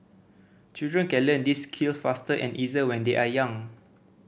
children can learn these skills faster and easier when they are young